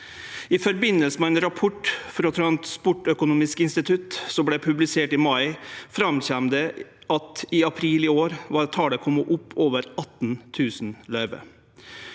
I forbin delse med ein rapport frå Transportøkonomisk institutt som vart publisert i mai, kom det fram at i april i år var talet kome opp i over 18 000 løyve.